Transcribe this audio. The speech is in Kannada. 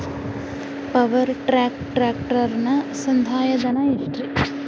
ಪವರ್ ಟ್ರ್ಯಾಕ್ ಟ್ರ್ಯಾಕ್ಟರನ ಸಂದಾಯ ಧನ ಎಷ್ಟ್ ರಿ?